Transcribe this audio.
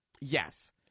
Yes